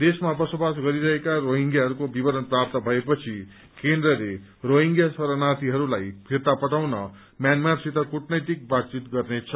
देशमा बसोवास गरिरहेका रोहिम्यांहरूको विवरण प्राप्त भएपछि केन्द्रले रोहिम्यां शरणार्थीहरूलाई फिर्ता पठाउन म्यान्मारसित कुटनैतिक बातचित गर्नेछ